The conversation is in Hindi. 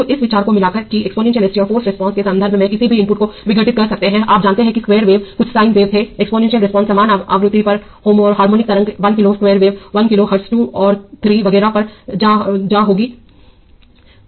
तो इस विचार को मिलाकर कि एक्सपोनेंशियल s t और फाॅर्स रिस्पांस के संदर्भ में किसी भी इनपुट को विघटित कर सकते हैं आप जानते हैं कि स्क्वायर वेव कुछ साइन वेव थे एक्सपोनेंशियल रिस्पांस समान आवृत्ति पर हार्मोनिक तरंग 1 kilo square wave 1 kilo hertz 2 और 3 वगैरह पर एक ज्या होगी